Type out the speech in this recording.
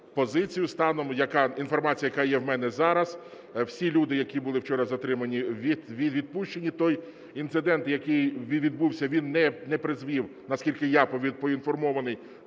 позицію. Станом… інформація, яка є в мене зараз: всі люди, які були вчора затримані, відпущені; той інцидент, який відбувся, він не призвів, наскільки я поінформований,